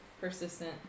persistent